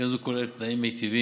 קרן זו כוללת תנאים מיטיבים,